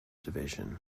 division